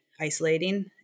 isolating